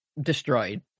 destroyed